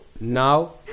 Now